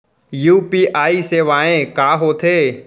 UPI सेवाएं का होथे?